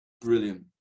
Brilliant